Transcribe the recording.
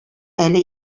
әле